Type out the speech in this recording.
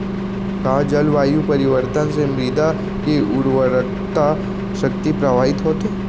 का जलवायु परिवर्तन से मृदा के उर्वरकता शक्ति प्रभावित होथे?